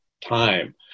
time